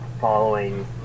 following